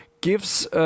gives